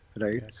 right